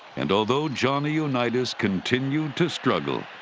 and although johnny unitas continued to struggle,